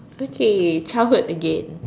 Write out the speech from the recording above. okay childhood again